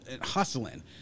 hustling